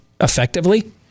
effectively